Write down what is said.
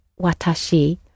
watashi